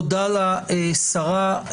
תודה לשרה.